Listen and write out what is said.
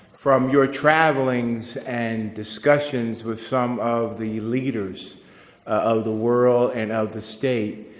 from your travelling's and discussions with some of the leaders of the world and of the state,